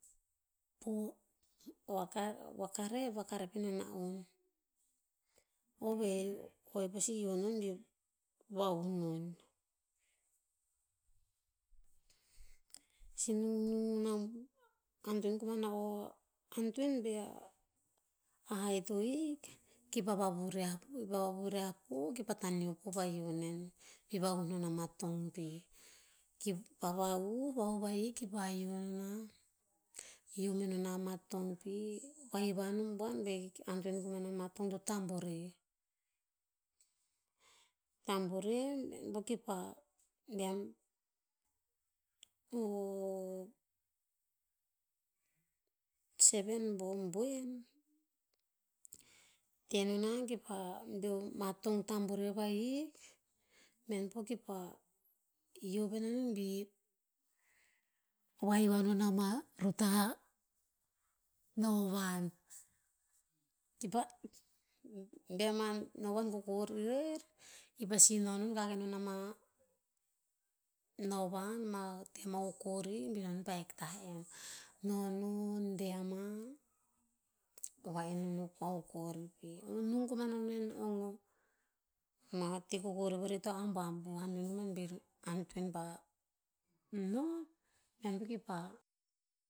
Po vaka- vakarep, vakarep ino na'on. O veh, o i pasi hio non bi vahun non. Sih nungnung nao atoen koman a o, atoen veh a haih to hik. Ki pah vavuvriah po ki pah vavuriah po, kih taneo pa pah hio nen. Kih vahuh non ama tong pi. Ki pah vahuh, von vahiki pah yio nonah, yio me non na ama tong pi, pai vanu buan veh ki antoen koman a mah tong to tambore. Tambore bo ki pah seven boh boen, teh no nah ki pah deo mah tong tambore vahik, men po kipah, yio pino non bi vahiva non ama ruta ha novan. Ki pah bea mah novan kokori rer, i pasi noh non, kakeh non ama novan, mah te ama kokori bi non hek tah en. No non deh ama, po va'en non o kua kokori pih. Nung koman anon nen ong, o mah te kokori vere ta abuabuh noman bir antoen ba nov, ean kiki pah